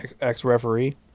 ex-referee